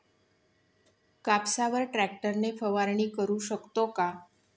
कापसावर ट्रॅक्टर ने फवारणी करु शकतो का?